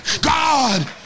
God